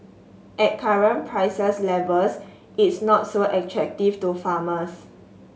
at current prices levels it's not so attractive to farmers